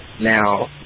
Now